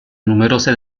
numerose